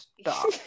Stop